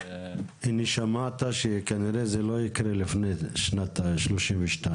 הנה, שמעת שזה כנראה לא יקרה לפני שנת 2032,